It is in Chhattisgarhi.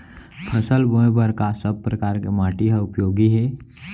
फसल बोए बर का सब परकार के माटी हा उपयोगी हे?